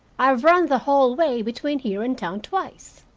i've run the whole way between here and town twice.